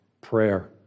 Prayer